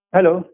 Hello